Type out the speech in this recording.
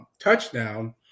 touchdown